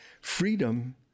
freedom